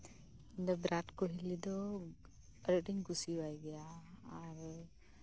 ᱤᱧ ᱫᱚ ᱵᱤᱨᱟᱴ ᱠᱳᱦᱚᱞᱤ ᱫᱚ ᱟᱹᱰᱤᱧ ᱠᱩᱥᱤᱭᱟᱭ ᱜᱮᱭᱟ ᱟᱨ